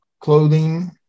clothing